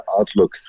outlook